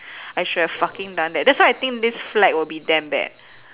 I should have fucking done that that's why I think this flag will be damn bad